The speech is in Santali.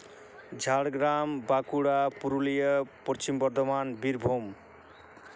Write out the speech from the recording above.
ᱡᱷᱟᱲᱜᱨᱟᱢ ᱵᱟᱸᱠᱩᱲᱟ ᱯᱩᱨᱩᱞᱤᱭᱟᱹ ᱯᱚᱪᱷᱤᱢ ᱵᱚᱨᱫᱷᱚᱢᱟᱱ ᱵᱤᱨᱵᱷᱩᱢ